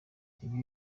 ibi